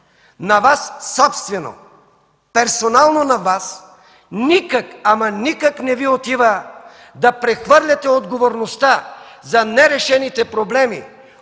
На Вас собствено – персонално на Вас, никак, ама никак не Ви отива да прехвърляте отговорността за нерешените проблеми